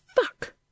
fuck